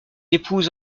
épouse